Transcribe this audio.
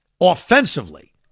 offensively